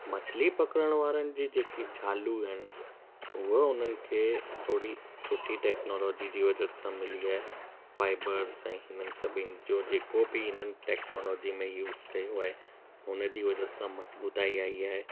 मछली पकड़नि वारनि जी जेकी ज़ालूं आहिनि हूअ उन्हनि खे थोरी सुठी टेक्नोलॉजी जी वज़ह सां मिली आहे फ़ाइबर्स ऐं हिननि सभिनि जो इन्हनि जेको बि टेक्नोलॉजी में यूज़ कयो आहे उनजी वज़ह सां मज़बूताई आई आहे